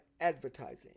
advertising